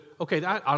okay